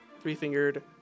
three-fingered